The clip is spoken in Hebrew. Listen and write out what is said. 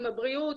עם הבריאות,